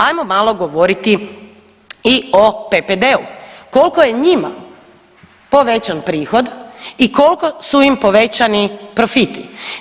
Hajmo malo govoriti i o PPD-u koliko je njima povećan prihod i koliko su im povećani profiti.